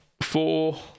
four